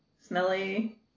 smelly